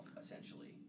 essentially